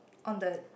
on the